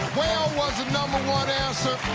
whale was the number one answer.